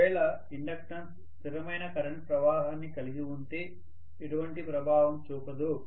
ఒకవేళ ఇండక్టెన్స్ స్థిరమైన కరెంట్ ప్రవాహాన్నికలిగి ఉంటే ఎటువంటి ప్రభావం చూపదు